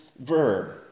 verb